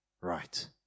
Right